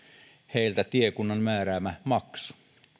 heiltä tiekunnan määräämä maksu